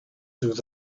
through